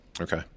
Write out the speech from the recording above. Okay